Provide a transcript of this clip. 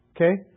Okay